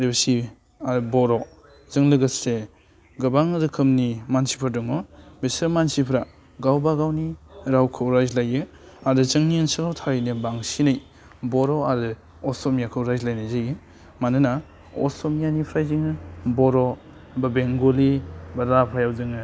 आरो बर'जों लोगोसे गोबां रोखोमनि मानसिफोर दङ बिसोर मानसिफ्रा गावबा गावनि रावखौ रायज्लायो आरो जोंनि ओनसोलाव थारैनो बांसिनै बर' आरो असमियाखौ रायज्लायनाय जायो मानोना असमियानिफ्राय जोङो बर' बा बेंगलि बा राभायाव जोङो